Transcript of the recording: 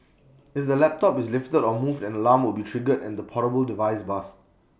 if the laptop is lifted or moved an alarm will be triggered and the portable device buzzed